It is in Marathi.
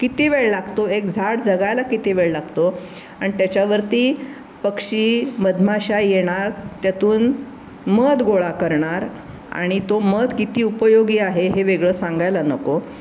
किती वेळ लागतो एक झाड जगायला किती वेळ लागतो आणि त्याच्यावरती पक्षी मधमाशा येणार त्यातून मध गोळा करणार आणि तो मध किती उपयोगी आहे हे वेगळं सांगायला नको